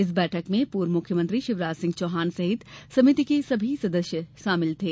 इस बैठक में पूर्व मुख्यमंत्री शिवराज सिंह चौहान सहित समिति के सभी सदस्य शामिल थे